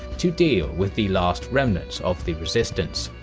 to deal with the last remnants of the resistance.